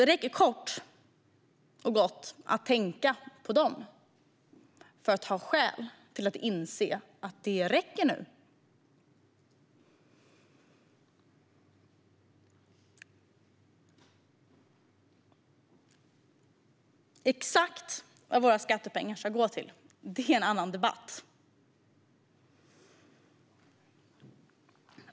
Det räcker kort och gott att tänka på dem för att ha skäl att inse att det räcker nu. Exakt vad våra skattepengar ska gå till är en annan debatt.